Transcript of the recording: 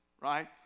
right